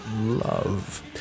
love